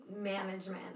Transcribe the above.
management